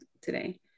today